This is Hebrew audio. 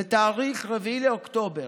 ב-4 באוקטובר,